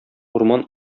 урман